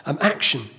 action